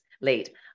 late